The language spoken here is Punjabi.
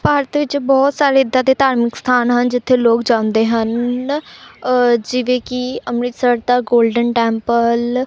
ਭਾਰਤ ਵਿੱਚ ਬਹੁਤ ਸਾਰੇ ਇੱਦਾਂ ਦੇ ਧਾਰਮਿਕ ਸਥਾਨ ਹਨ ਜਿੱਥੇ ਲੋਕ ਜਾਂਦੇ ਹਨ ਜਿਵੇਂ ਕਿ ਅੰਮ੍ਰਿਤਸਰ ਦਾ ਗੋਲਡਨ ਟੈਂਪਲ